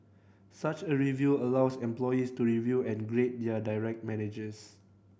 such a review allows employees to review and grade their direct managers